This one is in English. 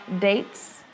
dates